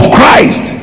Christ